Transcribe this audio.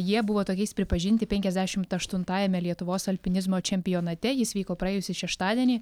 jie buvo tokiais pripažinti penkiasdešimt aštuntajame lietuvos alpinizmo čempionate jis vyko praėjusį šeštadienį